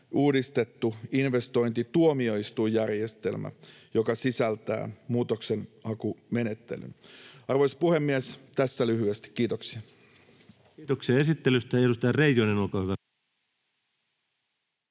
uudistettu investointituomioistuinjärjestelmä, joka sisältää muutoksenhakumenettelyn. — Arvoisa puhemies, tässä lyhyesti. Kiitoksia. Kiitoksia esittelystä. — Edustaja Reijonen, olkaa hyvä.